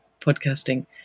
podcasting